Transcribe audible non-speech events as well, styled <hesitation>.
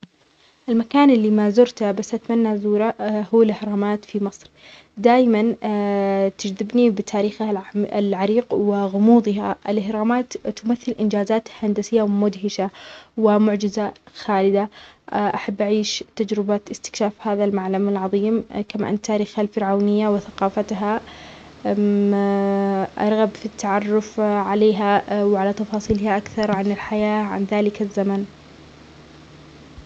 المكان اللى ما زورته بس أتمنى أزوره <hesitation> هو الأهرامات فى مصر، دايما <hesitation> تجذبنى بتاريخها العم-العريق وغموظها، الأهرامات تمثل إنجازات هندسية مدهشه ومعجزة خالدة، أحب أعيش تجربة استكشاف هذا المعلم العظيم، كما أن تاريخها الفرعونية وثقافتها، <hesitation> أرغب في التعرف عليها <hesitation> وعلى تفاصيلها أكثر عن الحياه عن ذلك الزمن.